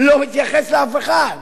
לא מתייחס לאף אחד,